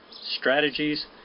strategies